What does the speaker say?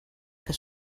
què